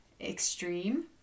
extreme